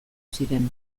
ziren